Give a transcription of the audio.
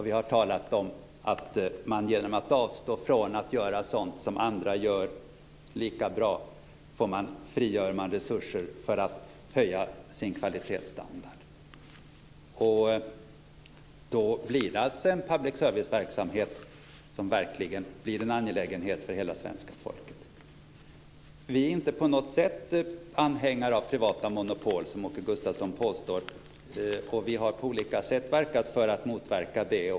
Vi har talat om att man, genom att avstå från att göra sådant som andra gör lika bra, frigör resurser för att höja sin kvalitetsstandard. Då blir det alltså en public service-verksamhet som verkligen blir en angelägenhet för hela svenska folket. Vi är inte på något sätt anhängare av privata monopol, som Åke Gustavsson påstår. Vi har på olika sätt försökt motverka det.